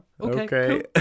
Okay